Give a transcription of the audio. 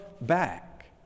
back